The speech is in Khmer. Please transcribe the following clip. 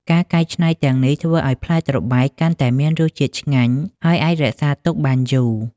ការកែច្នៃទាំងនេះធ្វើឲ្យផ្លែត្របែកកាន់តែមានរសជាតិឆ្ងាញ់ ហើយអាចរក្សាទុកបានយូរ។